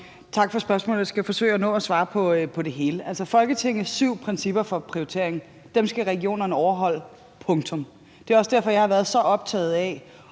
Tak for spørgsmålet. Jeg skal forsøge at nå at svare på det hele. Altså, Folketingets syv principper for prioritering skal regionerne overholde – punktum. Det er også derfor, at jeg har været så optaget af